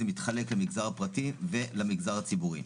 זה מתחלק למגזר הפרטי ולמגזר הציבורי.